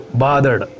bothered